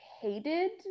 hated